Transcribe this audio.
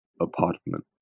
apartment